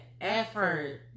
effort